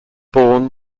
born